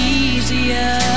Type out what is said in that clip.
easier